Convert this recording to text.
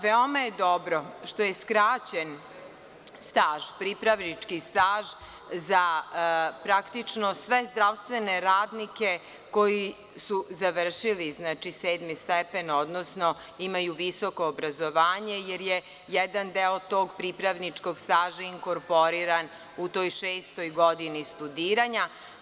Veoma je dobro što je skraćen pripravnički staž za praktično sve zdravstvene radnike koji su završili sedmi stepen, odnosno imaju visoko obrazovanje, jer je jedan deo tog pripravničkog staža inkorporiran u toj šestoj godini studiranja.